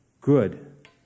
good